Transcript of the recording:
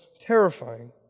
terrifying